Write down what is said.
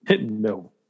No